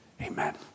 Amen